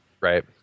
Right